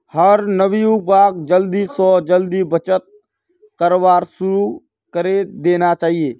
हर नवयुवाक जल्दी स जल्दी बचत करवार शुरू करे देना चाहिए